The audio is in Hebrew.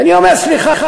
ואני אומר: סליחה,